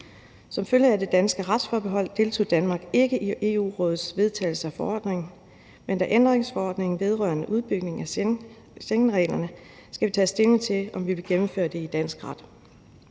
Som følge af det danske retsforbehold deltog Danmark ikke i Rådets vedtagelse af forordningen, men da ændringsforordningen vedrører en udbygning af Schengenreglerne, skal vi tage stilling til, om vi vil gennemføre det i dansk ret.